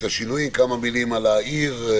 את השינויים וכמה מילים על העיר.